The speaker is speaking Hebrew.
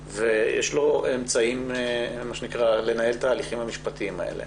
ויש לו אמצעים לנהל את ההליכים המשפטיים האלה